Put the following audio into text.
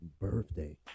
birthday